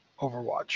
Overwatch